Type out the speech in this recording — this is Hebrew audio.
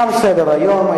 תם סדר-היום.